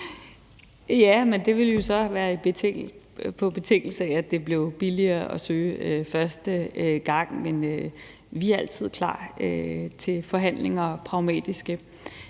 Ja, men det ville jo så være på betingelse af, at det blev billigere at søge første gang. Vi er altid klar til forhandlinger og er pragmatiske,